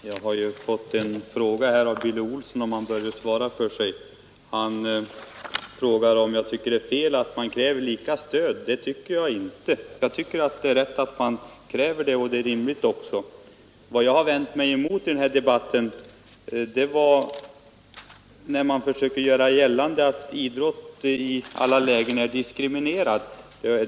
Herr talman! Jag har fått en fråga av Billy Olsson som jag vill svara på. Han frågade om jag tycker att det är fel att kräva lika stöd till alla organisationer. Jag tycker att det är rätt och rimligt att kräva det. Vad jag har vänt mig mot i den här debatten är att det finns de som försöker göra gällande att idrotten i alla lägen är diskriminerad.